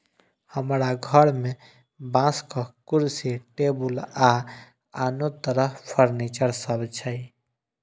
हमरा घर मे बांसक कुर्सी, टेबुल आ आनो तरह फर्नीचर सब छै